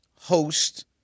host